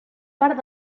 part